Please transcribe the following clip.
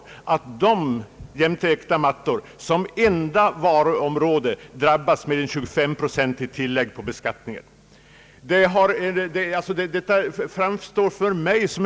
Varför skall äkta mattor och guldsmedsartiklar vara de enda bland alla varor som i detaljistledet belastas med ett 25-procentigt extra skattepålägg?